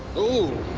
ooh!